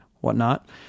whatnot